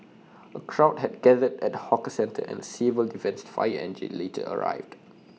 A crowd had gathered at the hawker centre and A civil defence fire engine later arrived